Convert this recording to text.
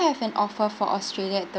have an offer for australia at the